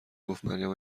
گفتمریم